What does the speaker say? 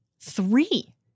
Three